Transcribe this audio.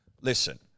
Listen